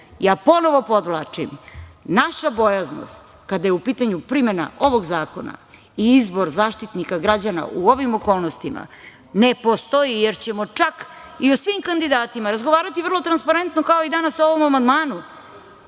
velika. Ponovo podvlačim, naša bojaznost kada je u pitanju primena ovog zakona i izbor Zaštitnika građana u ovim okolnostima ne postoji jer ćemo čak i o svim kandidatima razgovarati vrlo transparentno kao i danas o ovom amandmanu